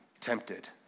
tempted